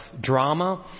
drama